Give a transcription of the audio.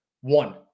one